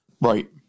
Right